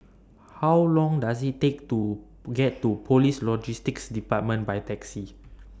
How Long Does IT Take to get to Police Logistics department By Taxi